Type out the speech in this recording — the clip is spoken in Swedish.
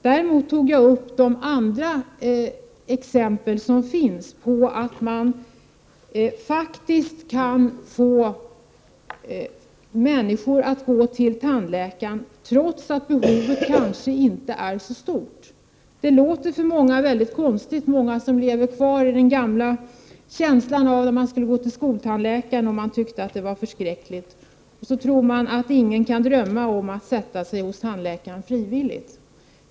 Däremot tog jag upp de exempel som finns på att man kan få människor att gå till tandläkaren trots att behovet inte är så stort. För många låter det konstigt —- de många som lever kvar i den gamla känslan av att det var förskräckligt att gå till skoltandläkaren. De tror att ingen kan sätta sig hos en tandläkare frivilligt.